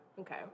Okay